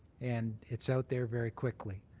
and it's out there very quickly.